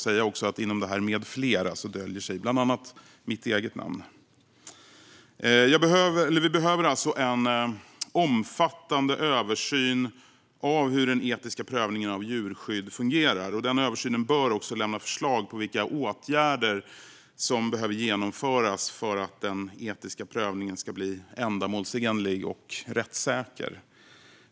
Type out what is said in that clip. Bakom "med flera" döljer sig bland annat mitt eget namn. Vi behöver en omfattande översyn av hur den etiska prövningen av djurskydd fungerar. Denna översyn bör lämna förslag på vilka åtgärder som behöver vidtas för att den etiska prövningen ska bli ändamålsenlig och rättssäker.